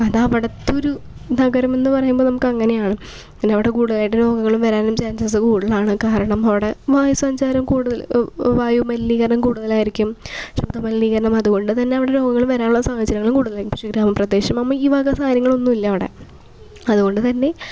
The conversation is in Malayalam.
അത് അവിടുത്തെ ഒരു നഗരം എന്ന് പറയുമ്പോൾ നമുക്ക് അങ്ങനെയാണ് പിന്നെ അവിടെ കൂടുതലായിട്ട് രോഗങ്ങൾ വരാനും ചാൻസസ് കൂടുതലാണ് കാരണം അവിടെ വായു സഞ്ചാരം കൂടുതൽ വായു മലിനീകരണം കൂടുതലായിരിക്കും ശുദ്ധ മലിനീകരണം അതുകൊണ്ട് തന്നെ അവിടെ രോഗങ്ങൾ വരാനുള്ള സാഹചര്യങ്ങളും കൂടുതലായിരിക്കും ഗ്രാമപ്രദേശമാകുമ്പം ഈ വക സഹചര്യങ്ങളൊന്നും ഇല്ല അവിടെ അതുകൊണ്ട് തന്നെ